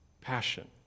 Passion